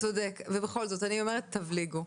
אתה צודק, ובכל זאת אני אומרת: תבליגו.